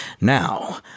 Now